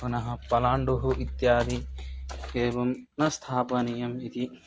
पुनः पलाण्डुः इत्यादि एवं न स्थापनीयम् इति